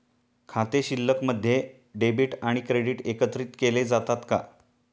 खाते शिल्लकमध्ये डेबिट आणि क्रेडिट एकत्रित केले जातात का?